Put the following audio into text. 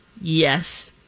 Yes